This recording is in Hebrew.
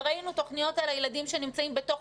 וראינו תוכניות על הילדים שנמצאים בתוך